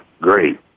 Great